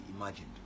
imagined